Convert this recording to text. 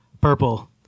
Purple